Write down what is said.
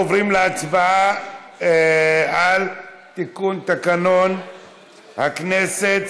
עוברים להצבעה על תיקון תקנון הכנסת,